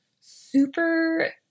super